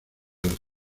los